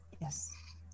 Yes